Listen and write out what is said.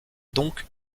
donc